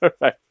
Right